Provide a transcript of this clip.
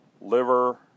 liver